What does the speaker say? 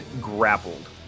grappled